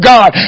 God